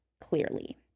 clearly